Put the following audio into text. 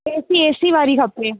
A C A C वारी खपे